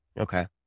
Okay